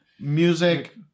Music